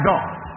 God